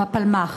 בפלמ"ח.